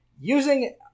using